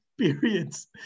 experience